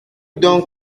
donc